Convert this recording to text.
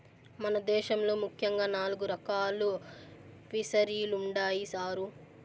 మన దేశంలో ముఖ్యంగా నాలుగు రకాలు ఫిసరీలుండాయి సారు